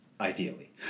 ideally